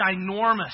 ginormous